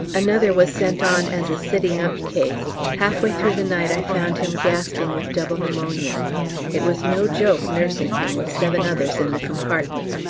another was sent on as a sitting-up case. half-way through the night i found him gasping with double pneumonia it was no joke nursing him with seven others in the compartment.